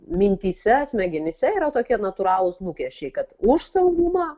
mintyse smegenyse yra tokie natūralūs lūkesčiai kad už saugumą